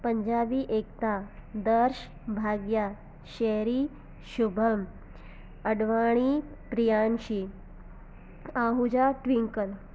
Punjabi Ekta Darsh Bhagya Shahri Shubham Advani Priyanshi Ahuja twinkle